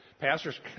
pastor's